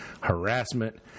harassment